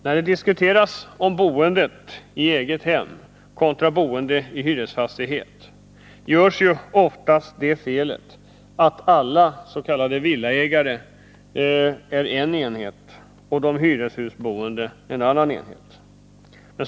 När boendet i eget hem kontra boendet i hyresfastigheter diskuteras, görs oftast det felet att man tycks utgå från att alla s.k. villaägare är en enhet och de hyreshusboende en enhet.